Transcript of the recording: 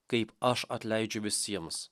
kaip aš atleidžiu visiems